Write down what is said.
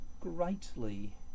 greatly